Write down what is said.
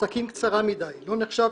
הסכין קצרה מדי לא נחשב